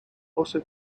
also